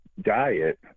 diet